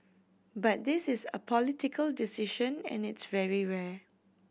but this is a political decision and it's very rare